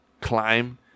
climb